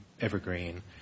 Evergreen